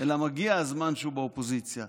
אלא מגיע הזמן שהוא באופוזיציה,